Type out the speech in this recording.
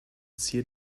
zier